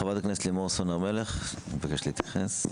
חברת הכנסת לימור סון הר מלך, מבקשת להתייחס.